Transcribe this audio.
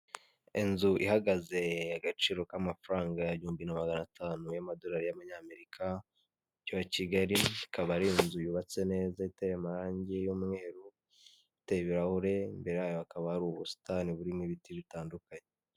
Inzu ihagaze agaciro k’amafaranga ibihumbi magana atanu y’Amadolari y’Amanyamerika mu Mujyi wa Kigali, ikaba ari inzu yubatse neza, iteye amarangi y’umweru, iteye ibirahure, imbere yayo hakaba hari ubusitani burimo ibiti bitandukanye.